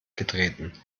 getreten